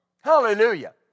Hallelujah